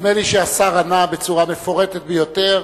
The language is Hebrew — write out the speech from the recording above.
נדמה לי שהשר ענה בצורה מפורטת ביותר.